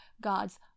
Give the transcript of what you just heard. God's